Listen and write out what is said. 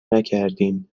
نکردیم